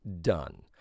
done